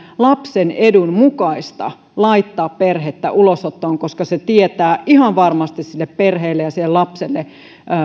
lapsen edun mukaista laittaa perhettä ulosottoon koska se tietää ihan varmasti sille perheelle ja sille lapselle